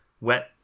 wet